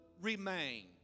remain